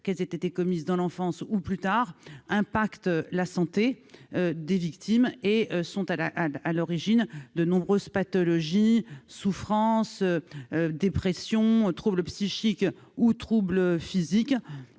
qu'elles aient été commises dans l'enfance ou plus tard, impactent la santé des victimes et sont à l'origine de nombreuses pathologies- souffrances, dépressions, troubles psychiques ou physiques